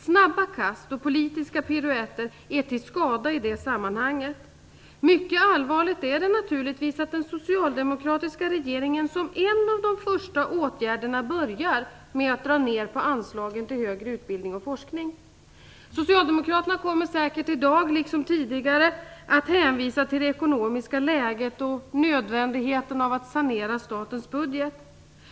Snabba kast och politiska piruetter är till skada i det sammanhanget. Mycket allvarligt är det naturligtvis att den socialdemokratiska regeringen som en av de första åtgärderna börjar med att dra ned på anslaget till högre utbildning och forskning. Socialdemokraterna kommer säkert i dag liksom tidigare att hänvisa till det ekonomiska läget och nödvändigheten av att sanera statens budget.